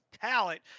talent